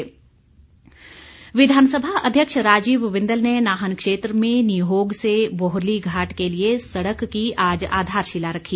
बिंदल विधानसभा अध्यक्ष राजीव बिंदल ने नाहन क्षेत्र में निहोग से बोहरलीघाट के लिए सड़क की आज आधारशिला रखी